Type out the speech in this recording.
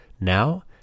Now